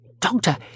Doctor